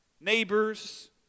neighbors